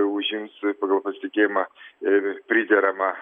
užims pagal pasitikėjimą ir prideramą